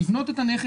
הבניין החדש.